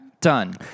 Done